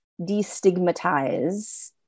destigmatize